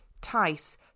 Tice